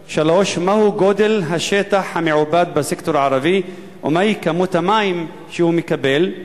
3. מהו גודל השטח המעובד בסקטור הערבי ומהי כמות המים שהוא מקבל?